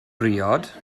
briod